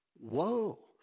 Whoa